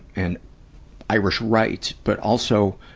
and irish rights, but also,